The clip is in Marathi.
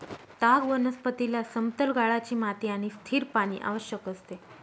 ताग वनस्पतीला समतल गाळाची माती आणि स्थिर पाणी आवश्यक असते